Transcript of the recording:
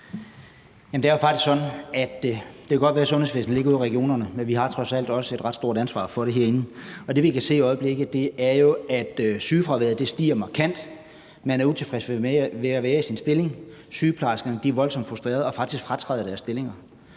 godt kan være, at sundhedsvæsenet ligger ude i regionerne, men vi har trods alt også et ret stort ansvar for det herinde. Og det, vi kan se i øjeblikket, er, at sygefraværet stiger markant, og at personalet er utilfredse med at være i deres stillinger. Sygeplejerskerne er voldsomt frustrerede og fratræder faktisk deres stillinger.